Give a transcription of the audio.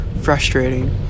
frustrating